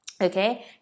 Okay